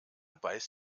beißt